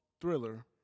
thriller